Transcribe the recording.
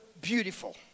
beautiful